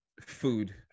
Food